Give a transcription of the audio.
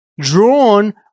drawn